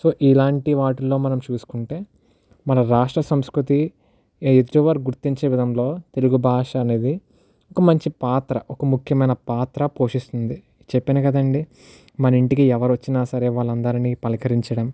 so ఇలాంటి వాటిలో మనం చూసుకుంటే మన రాష్ట్ర సంస్కృతి ఎదుటివారి గుర్తించే విధంలో తెలుగు భాష అనేది ఒక మంచి పాత్ర ఒక ముఖ్యమైన పాత్ర పోషిస్తుంది చెప్పిన కదండి మన ఇంటికి ఎవరు వచ్చినా సరే వాళ్ళందరినీ పలకరించడం